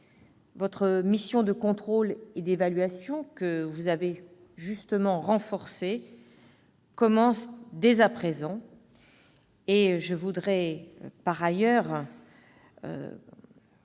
Votre mission de contrôle et d'évaluation, que vous avez justement renforcée, commence dès à présent. Je voudrais par ailleurs